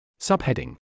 Subheading